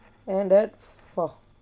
end at four